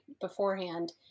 beforehand